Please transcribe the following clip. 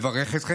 אני מברך אתכם.